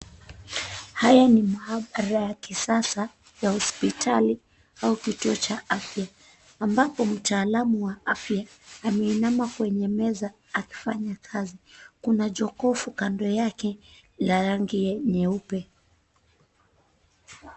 Haya ni maabara ya kisasa ya hospitali au kituo cha afya, ambapo mtaalamu wa afya ameinama kwenye meza akifanya kazi. Kuna jokofu kando yake la rangi nyeupe.